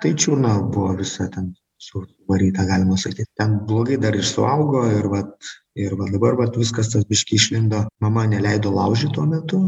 tai čiurna buvo visa ten su varyta galima sakyt ten blogai dar ir suaugo ir vat ir va dabar vat viskas tas biškį išlindo mama neleido laužyt tuo metu